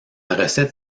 recette